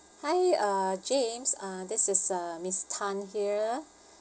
hi uh james uh this is uh miss tan here